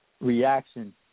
reaction